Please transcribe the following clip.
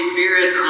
Spirit